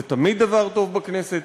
זה תמיד דבר טוב בכנסת,